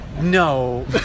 No